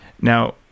Now